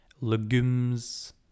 legumes